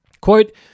Quote